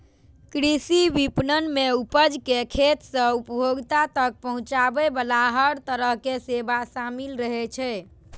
कृषि विपणन मे उपज कें खेत सं उपभोक्ता तक पहुंचाबे बला हर तरहक सेवा शामिल रहै छै